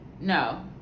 No